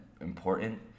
important